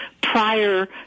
prior